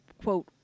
quote